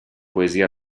poesia